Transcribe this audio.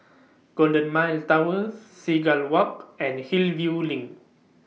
Golden Mile Tower Seagull Walk and Hillview LINK